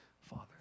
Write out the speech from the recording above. Father